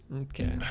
Okay